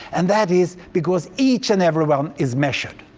and that is because each and every one is measured.